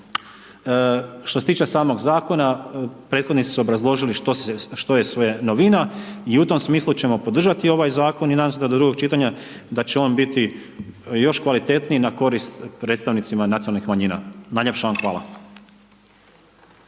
Što se tiče samog zakona, prethodnici su obrazložili što se, što je sve novina i u tom smislu ćemo podržati ovaj zakon i nadam se da do drugog čitanja, da će on biti još kvalitetniji na korist predstavnicima nacionalnih manjina. Najljepša vam hvala.